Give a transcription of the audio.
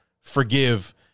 forgive